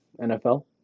NFL